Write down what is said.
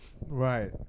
Right